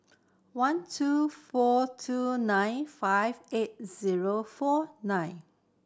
one two four two nine five eight zero four nine